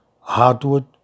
Hardwood